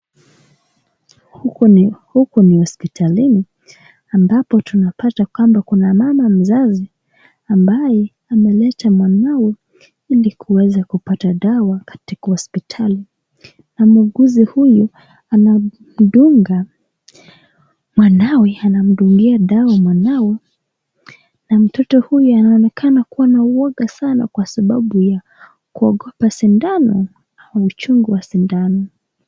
Huku ni hospitalini ambapo tunapata kando kuna mama mzazi ambaye ameleta mwanao ili kuweza kupata dawa katika hospitali na muuguzi huyu anamdunga mwanawe, anamdungia dawa mwanawe na mtoto huyu anaonekana kuwa na uoga sana kwa sababu ya kuogopa sidano ,uchungu ya sidano.